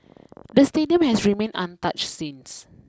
the stadium has remained untouched since